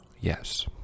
yes